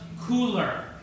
cooler